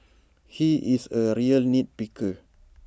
he is A real nit picker